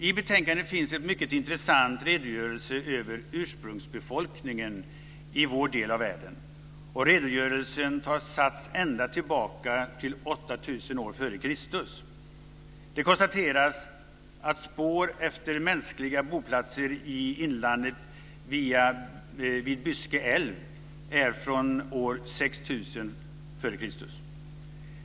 I betänkandet finns en mycket intressant redogörelse över ursprungsbefolkningen i vår del av världen, och redogörelsen tar sats ända tillbaka till 8 000 år f.Kr. Det konstateras att spår efter mänskliga boplatser i inlandet vid Byske älv finns från år 6000 f.Kr.